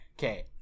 Okay